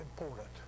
important